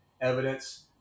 evidence